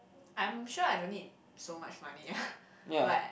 I'm sure I don't need so much money ah but